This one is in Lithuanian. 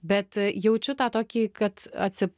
bet jaučiu tą tokį kad atsi